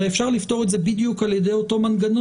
הרי אפשר לפתור את זה בדיוק על ידי אותו מנגנון.